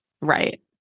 right